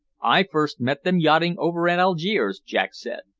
i first met them yachting over at algiers, jack said.